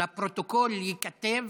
לפרוטוקול ייכתב